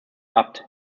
abt